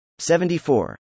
74